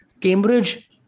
Cambridge